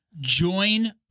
Join